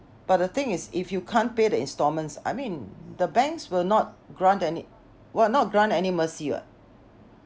but the thing is if you can't pay the instalments I mean the banks will not grant and it would not grant any mercy what